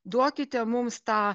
duokite mums tą